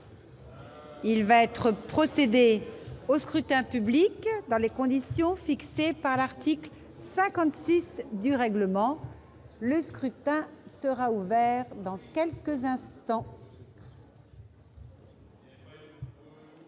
Il va être procédé au scrutin dans les conditions fixées par l'article 56 du règlement. Le scrutin est ouvert. Personne ne demande